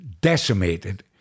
decimated